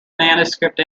manuscript